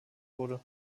wurde